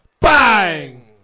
Bang